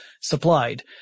supplied